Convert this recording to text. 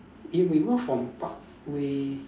if we walk from parkway